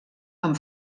amb